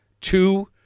Two